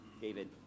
David